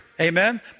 Amen